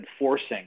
enforcing